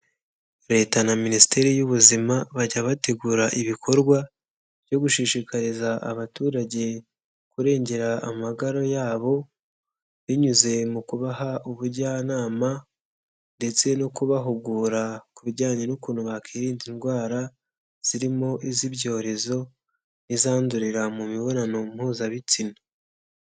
Leta na Minisiteri y'ubuzima, bajya bategura ibikorwa byo gushishikariza abaturage kurengera amagara yabo. Binyuze mu kubaha ubujyanama ndetse no kubahugura ku bijyanye n'ukuntu bakwirinda indwara, zirimo iz'ibyorezo n'izandurira mu mibonano mpuzabitsina.